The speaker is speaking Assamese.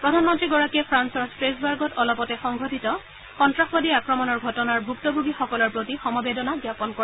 প্ৰধানমন্ত্ৰীগৰাকীয়ে ফ্ৰান্সৰ ট্টেছবাৰ্গত অলপতে সংঘটিত সন্তাসবাদী আক্ৰমণৰ ঘটনাৰ ভুক্তভোগীসকলৰ প্ৰতি সমবেদনা জ্ঞাপন কৰে